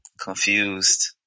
confused